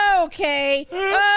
Okay